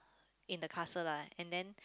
in the castle lah and then